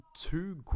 two